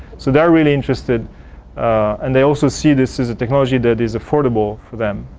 so, they are really interested and they also see this as a technology that is affordable for them.